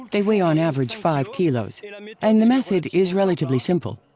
they weigh on average five kilos you know i mean and the method is relatively simple.